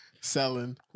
Selling